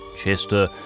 chester